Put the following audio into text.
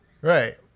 Right